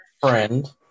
Friend